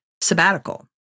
sabbatical